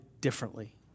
differently